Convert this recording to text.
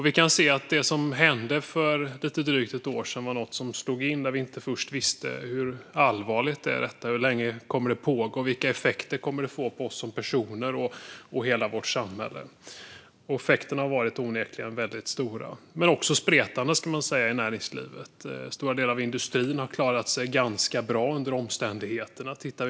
Vi kan se att det som hände för lite drygt ett år sedan var något som slog in och som vi först inte visste hur allvarligt det var, hur länge det skulle pågå och vilka effekter det skulle få på oss som personer och hela vårt samhälle. Effekterna i näringslivet har onekligen varit väldigt stora men också spretande. Stora delar av industrin har klarat sig efter omständigheterna ganska bra.